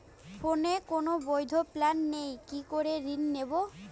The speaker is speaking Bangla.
ফোনে কোন বৈধ প্ল্যান নেই কি করে ঋণ নেব?